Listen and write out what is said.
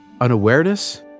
unawareness